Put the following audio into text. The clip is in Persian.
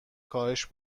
کاهش